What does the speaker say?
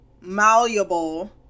malleable